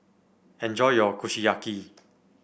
enjoy your Kushiyaki